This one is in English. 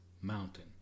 mountain